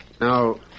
Now